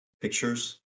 pictures